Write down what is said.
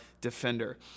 defender